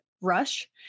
rush